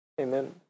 Amen